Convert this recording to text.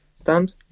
stand